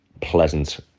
pleasant